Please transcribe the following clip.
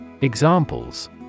Examples